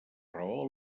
raó